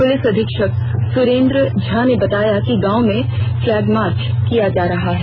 police अधीक्षक सुरेंद्र झा ने बताया कि गाँव में फ्लैग मार्च किया जा रहा है